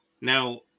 now